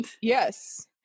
Yes